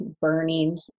burning